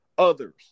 Others